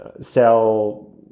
sell